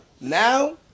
Now